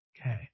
Okay